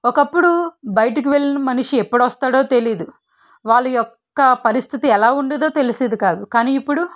ఒకప్పుడు బయటకి వెళ్లిన మనిషి ఎప్పుడొస్తాడో తెలియదు వాళ్ళ యొక్క పరిస్థితి ఎలా ఉండేదో తెలిసేది కాదు కానీ ఇప్పుడు